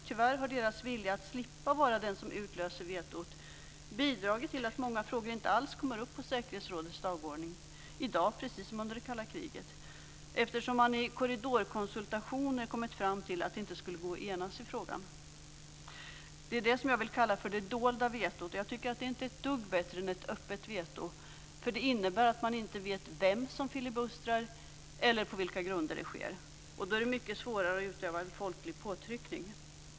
Tyvärr har deras vilja att slippa vara den som utlöser vetot bidragit till att många frågor inte alls har kommit upp på säkerhetsrådets dagordning i dag precis som under det kalla kriget. I korridorkonsultationer har man kommit fram till att det inte går att enas i en fråga. Det är det dolda vetot, och det är inte ett dugg bättre än ett öppet veto. Det innebär att man inte vet vem som filibustrar eller på vilka grunder det sker. Då är det mycket svårare att utöva en folklig påtryckning.